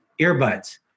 earbuds